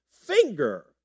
finger